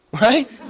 right